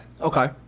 okay